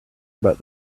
about